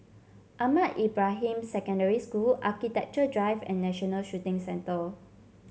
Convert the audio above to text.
Ahmad Ibrahim Secondary School Architecture Drive and National Shooting Centre